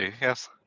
yes